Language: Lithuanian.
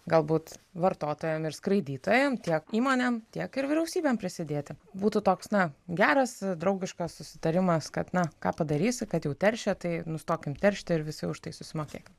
galbūt vartotojam ir skraidytojam tiek įmonėm tiek ir vyriausybėm prisidėti būtų toks na geras draugiškas susitarimas kad na ką padarysi kad jau teršia tai nustokim teršti ir visi už tai susimokėkim